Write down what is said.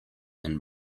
and